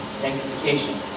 Sanctification